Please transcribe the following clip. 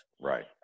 right